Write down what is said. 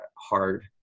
hard